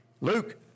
Luke